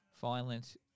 violence